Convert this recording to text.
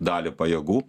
dalį pajėgų